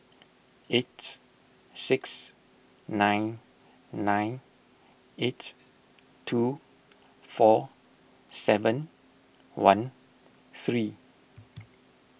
eight six nine nine eight two four seven one three